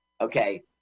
Okay